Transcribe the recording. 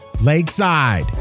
Lakeside